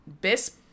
best